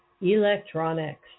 electronics